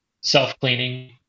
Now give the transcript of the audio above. self-cleaning